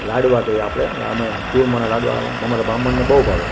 લાડવા કહીએ આપણે અમે ચૂરમાના લાડવા અમારે બ્રાહ્મણને બહુ ભાવે